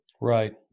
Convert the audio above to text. Right